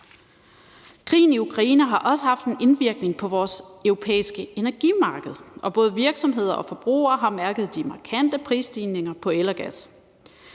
Krigen i Ukraine har også haft en indvirkning på vores europæiske energimarked, og både virksomheder og forbrugere har mærket de markante prisstigninger på el og gas.